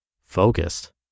Focused